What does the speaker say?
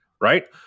right